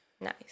Nice